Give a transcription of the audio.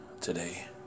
today